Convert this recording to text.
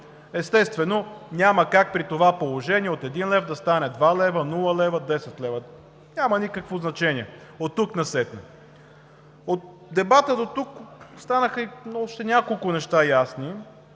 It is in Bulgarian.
Естествено, няма как при това положение от един лев да стане два лева, нула лева, 10 лв. Няма никакво значение оттук насетне. От дебата дотук станаха ясни и още няколко неща.